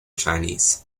chinese